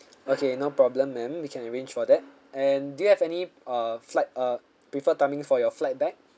okay no problem ma'am we can arrange for that and do you have any uh flight uh prefer timing for your flight back